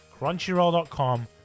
crunchyroll.com